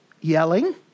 yelling